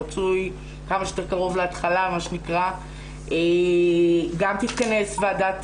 ורצוי כמה שיותר בהתחלה גם תתכנס ועדת